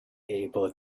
able